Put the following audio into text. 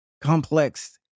Complex